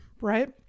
right